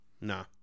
Nah